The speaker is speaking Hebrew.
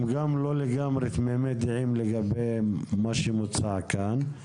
הם לא לגמרי תמימי דעים לגבי מה שמוצע כאן.